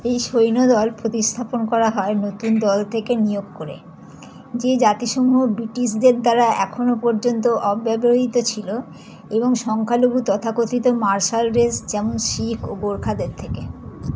এই সৈন্যদল প্রোতিস্থাপন করা হয় নতুন দল থেকে নিয়োগ করে যে জাতিসমূহ বিটিশদের দ্বারা এখনও পর্যন্ত অব্যবহিত ছিলো এবং সংখ্যালঘু তথাকথিত মার্শাল রেস যেমন শিখ ও গোর্খাদের থেকে